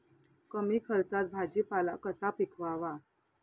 कमी खर्चात भाजीपाला कसा पिकवावा?